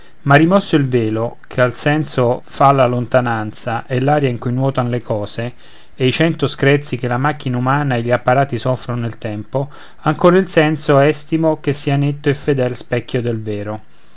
ma rimosso il velo che al senso fa la lontananza e l'aria in cui nuotan le cose e i cento screzi che la macchina umana e gli apparati soffron nel tempo ancor il senso estimo che sia netto e fedel specchio del vero